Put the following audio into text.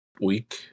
week